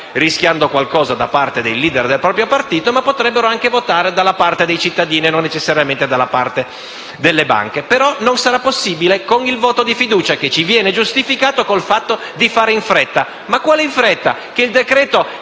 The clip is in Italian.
rischiando qualcosa da parte dei *leader* del proprio partito, potrebbero anche votare dalla parte dei cittadini e non necessariamente dalla parte delle banche. Tuttavia, questo non sarà possibile con il voto di fiducia, che ci viene giustificato con il fatto che bisogna fare in fretta. Ma qual è la fretta? Il decreto-legge